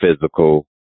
physical